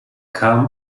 kam